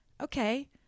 Okay